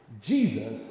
Jesus